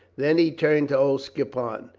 then he turned to old skippon.